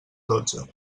dotze